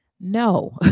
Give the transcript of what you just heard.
No